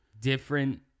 different